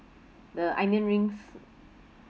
the onion rings